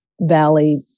Valley